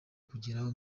kugeraho